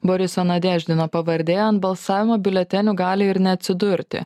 boriso nadeždino pavardė ant balsavimo biuletenių gali ir neatsidurti